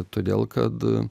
todėl kad